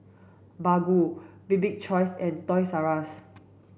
Baggu Bibik's choice and Toys R Us